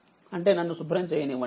అంటే నన్ను శుభ్రం చేయనివ్వండి